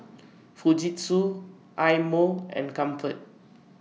Fujitsu Eye Mo and Comfort